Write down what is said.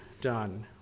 done